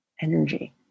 energy